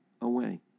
away